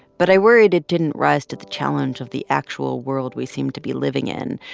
but i worried it didn't rise to the challenge of the actual world we seem to be living in,